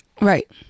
Right